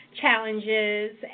challenges